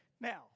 Now